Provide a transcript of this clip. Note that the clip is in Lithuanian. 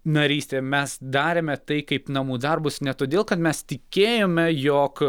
narystė mes darėme tai kaip namų darbus ne todėl kad mes tikėjome jog